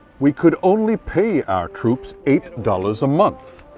we could only pay our troops eight dollars a month,